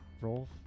roll